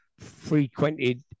frequented